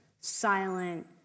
silent